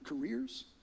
careers